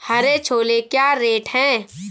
हरे छोले क्या रेट हैं?